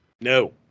No